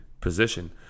position